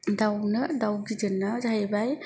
दाउनो दाउ गिदिरना जाहैबाय